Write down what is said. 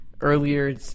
earlier